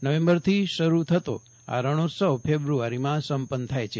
નવેમ્બરથી શરૂ થતો આ રણોત્સવ ફેબ્રુઆરીમાં સંપન્ન થાય છે